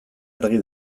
argi